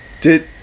Did-